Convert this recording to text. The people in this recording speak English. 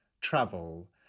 travel